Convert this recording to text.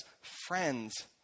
friends